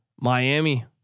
Miami